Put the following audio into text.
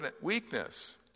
weakness